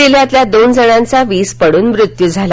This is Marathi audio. जिल्ह्यातील दोन जणांचा वीज पडून मृत्यू झाला